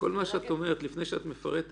כל מה שאת אומרת, לפני שאת מפרטת,